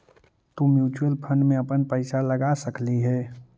तु mutual fund में अपन पईसा लगा सकलहीं हे